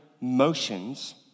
motions